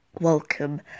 welcome